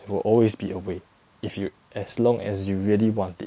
there will always be a way if you as long as you really want it